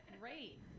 Great